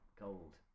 gold